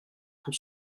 pour